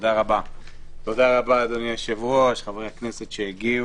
תודה רבה, אדוני היושב-ראש, חברי הכנסת שהגיעו.